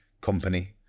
company